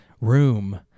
room